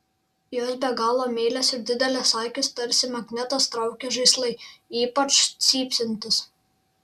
jos be galo meilias ir dideles akis tarsi magnetas traukia žaislai ypač cypsintys